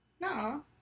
No